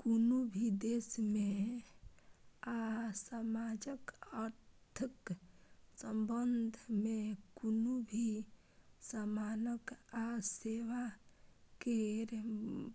कुनु भी देश में आ समाजक अर्थक संबंध में कुनु भी समानक आ सेवा केर